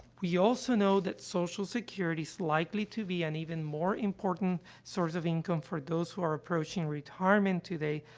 we also know that social security's likely to be an even more important source of income for those who are approaching retirement today,